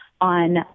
on